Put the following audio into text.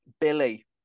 Billy